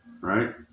right